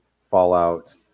Fallout